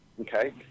Okay